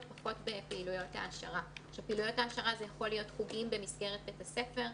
בפעילויות העשרה כמו: חוגים במסגרת בית הספר,